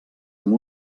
amb